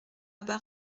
bar